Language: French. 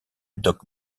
doc